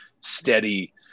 steady